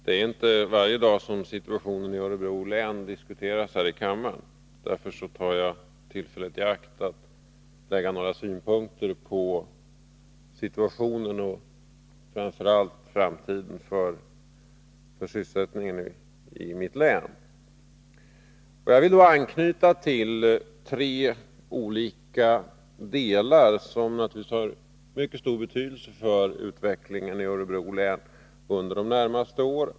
Herr talman! Det är inte varje dag som situationen i Örebro län diskuteras här i kammaren. Därför tar jag tillfället i akt att anlägga några synpunkter på läget och framför allt på framtiden för sysselsättningen i mitt hemlän. Jag vill anknyta till tre olika delar, som naturligtvis har mycket stor betydelse för utvecklingen i Örebro län under de närmaste åren.